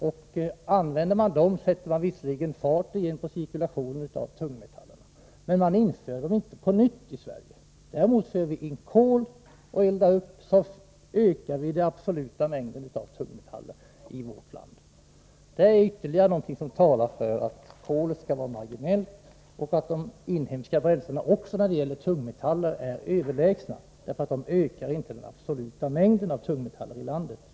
Använder man dessa bränslen sätter man visserligen fart på cirkulationen igen, men man inför inte nya mängder tungmetaller i Sverige. Tar vi däremot in kol och eldar upp, ökar vi de absoluta mängderna tungmetaller i vårt land. Detta är ytterligare någonting som talar för att kolet skall vara marginellt och att de inhemska bränslena också när det gäller tungmetaller är överlägsna, därför att de inte ökar den absoluta mängden tungmetaller i landet.